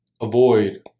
avoid